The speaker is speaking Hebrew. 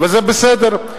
וזה בסדר,